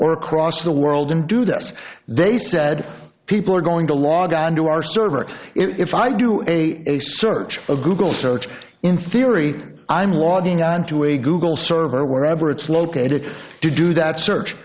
or across the world and do this they said people are going to log onto our server if i do a search a google search in theory i'm logging onto a google sort of or wherever it's located to do that search